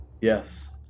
yes